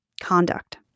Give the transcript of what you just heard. conduct